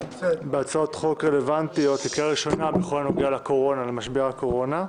בהצעות חוק רלוונטיות לקריאה ראשונה בכל הנוגע למשבר הקורונה.